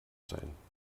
sein